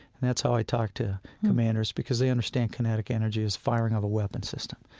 and that's how i talk to commanders because they understand kinetic energy as firing of a weapon system